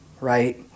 right